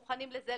מוכנים לזה,